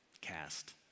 cast